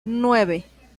nueve